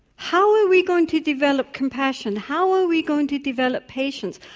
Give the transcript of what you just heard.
how are we going to develop compassion, how are we going to develop patience,